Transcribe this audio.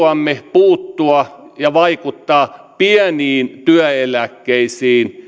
puuttua ja vaikuttaa pieniin työeläkkeisiin